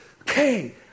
okay